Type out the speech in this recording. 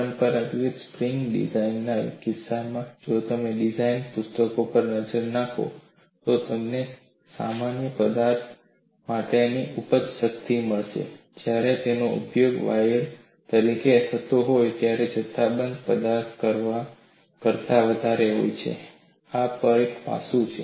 પરંપરાગત સ્પ્રિંગ ડિઝાઇનના કિસ્સામાં જો તમે ડિઝાઈન પુસ્તકો પર નજર નાખો તો તમને સમાન પદાર્થ માટે ઉપજ શક્તિ મળશે જ્યારે તેનો ઉપયોગ વાયર તરીકે થતો હોય તે જથ્થાબંધ પદાર્થ કરતા વધારે હોય છે આ એક પાસું છે